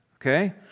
Okay